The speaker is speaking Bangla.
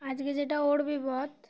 আজকে যেটা ওর বিপদ